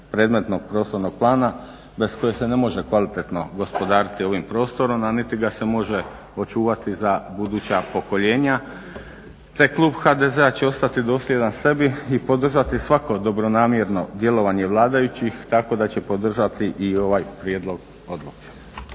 predmetnog prostornog plana bez kojeg se ne može kvalitetno gospodariti ovim prostorom niti ga se može očuvati za buduća pokoljenja te klub HDZ-a će ostati dosljedan sebi i podržati svako dobronamjerno djelovanje vladajućih tako da će podržati i ovaj prijedlog odluke.